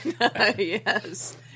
yes